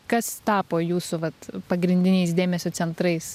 kas tapo jūsų vat pagrindiniais dėmesio centrais